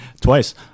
twice